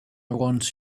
want